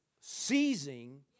seizing